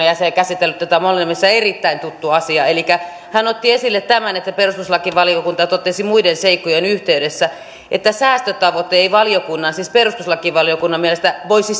jäsen ja käsitellyt tätä molemmissa erittäin tuttu asia otti esille tämän että perustuslakivaliokunta totesi muiden seikkojen yhteydessä että säästötavoite ei valiokunnan siis perustuslakivaliokunnan mielestä voisi